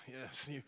yes